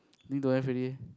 I think don't have already eh